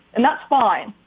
and that's fine.